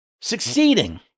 succeeding